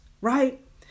right